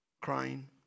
crying